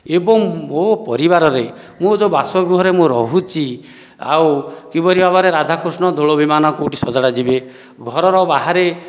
ଏବଂ ମୋ ପରିବାରରେ ମୋ ଯେଉଁ ବାସଗୃହରେ ମୁଁ ରହୁଛି ଆଉ କିପରି ଭାବରେ ରାଧାକ୍ରୀଷ୍ଣ କେଉଁଠି ଦୋଳବିମାନ କେଉଁଠି ସଜଡ଼ାଯିବେ ଘରର ବାହାରେ